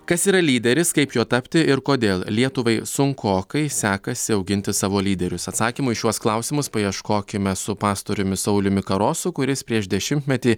kas yra lyderis kaip juo tapti ir kodėl lietuvai sunkokai sekasi auginti savo lyderius atsakymų į šiuos klausimus paieškokime su pastoriumi sauliumi karosu kuris prieš dešimtmetį